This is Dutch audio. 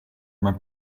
mijn